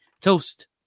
Toast